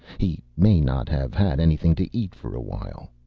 he may not have had anything to eat for awhile.